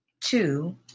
two